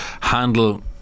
handle